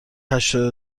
هشتاد